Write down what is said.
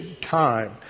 time